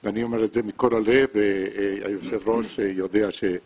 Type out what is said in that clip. אני אומר את זה מכל הלב והיושב ראש יודע שהדברים